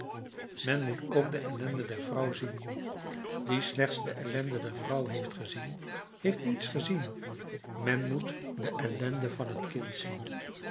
men moet ook de ellende der vrouw zien die slechts de ellende der vrouw heeft gezien heeft niets gezien men moet de ellende van het kind zien